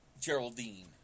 Geraldine